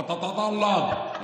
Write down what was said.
סַ-תטלב.